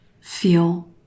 feel